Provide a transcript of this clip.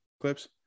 clips